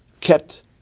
kept